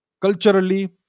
culturally